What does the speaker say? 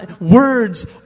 Words